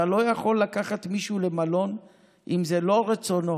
אתה לא יכול לקחת מישהו למלון אם זה לא רצונו